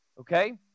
okay